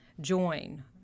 join